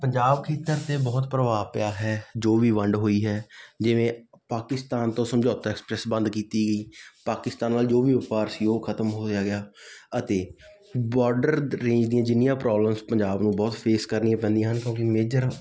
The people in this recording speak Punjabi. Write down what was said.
ਪੰਜਾਬ ਖੇਤਰ 'ਤੇ ਬਹੁਤ ਪ੍ਰਭਾਵ ਪਿਆ ਹੈ ਜੋ ਵੀ ਵੰਡ ਹੋਈ ਹੈ ਜਿਵੇਂ ਪਾਕਿਸਤਾਨ ਤੋਂ ਸਮਝੌਤਾ ਐਕਸਪ੍ਰੈਸ ਬੰਦ ਕੀਤੀ ਗਈ ਪਾਕਿਸਤਾਨ ਨਾਲ ਜੋ ਵੀ ਵਪਾਰ ਸੀ ਉਹ ਖਤਮ ਹੋਇਆ ਗਿਆ ਅਤੇ ਬਾਰਡਰ ਦ ਰੇਂਜ ਦੀਆਂ ਜਿੰਨੀਆਂ ਪ੍ਰੋਬਲਮ ਪੰਜਾਬ ਨੂੰ ਬਹੁਤ ਫੇਸ ਕਰਨੀਆਂ ਪੈਂਦੀਆਂ ਹਨ ਕਿਉਂਕਿ ਮੇਜਰ